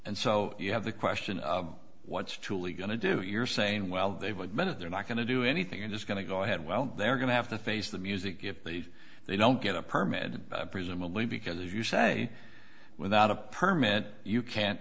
and so you have the question what's truly going to do if you're saying well they've admitted they're not going to do anything and it's going to go ahead well they're going to have to face the music if they've they don't get a permit presumably because as you say without a permit you can't